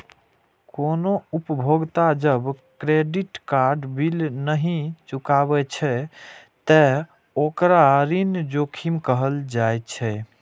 कोनो उपभोक्ता जब क्रेडिट कार्ड बिल नहि चुकाबै छै, ते ओकरा ऋण जोखिम कहल जाइ छै